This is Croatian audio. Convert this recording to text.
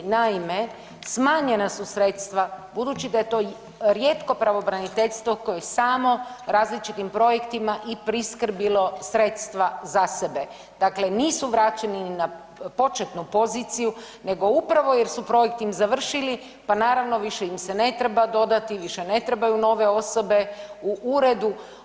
Naime, smanjena su sredstva budući da je to rijetko Pravobraniteljstvo koje samo različitim projektima i priskrbilo sredstva za sebe, dakle nisu vraćeni ni na početnu poziciju, nego upravo jer su projekti završili, pa naravno, više im se ne treba dodati, više ne trebaju nove osobe u Uredu.